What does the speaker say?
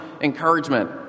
encouragement